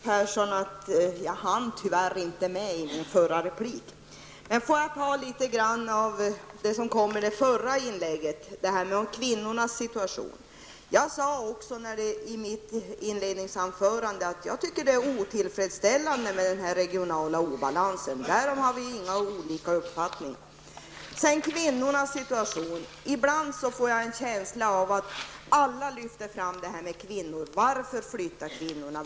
Herr talman! Jag beklagar mycket att jag inte hann med Karl-Erik Perssons fråga i min förra replik. Jag sade i mitt inledningsanförande att jag tycker också att det är otillfredsställande med den regionala obalansen. Därom har vi inte olika uppfattning. Men låt mig ta upp en del av det som fanns med i det förra inlägget, bl.a. vad som sades om kvinnorna. Ibland får jag en känsla av att alla lyfter fram kvinnornas situation. Varför flyttar kvinnorna?